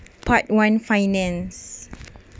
part one finance